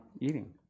eating